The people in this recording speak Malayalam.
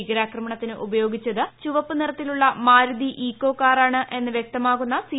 ഭീകരാക്രമണത്തിന് ഉപയോഗിച്ചത് ചുവപ്പ് നിറത്തിലുള്ള മാരുതി ഇക്കോ കാർ ആണെന്ന് വ്യക്തമാക്കുന്ന സി